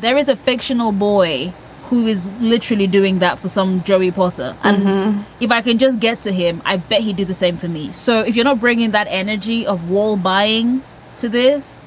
there is a fictional boy who is literally doing that for some joey potter. and if i can just get to him, i bet he'd do the same for me. so if you're not bringing that energy of wall buying to this